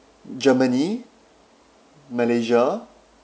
germany malaysia